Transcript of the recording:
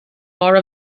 more